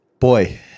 Boy